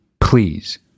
Please